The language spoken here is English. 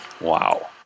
Wow